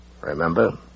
Remember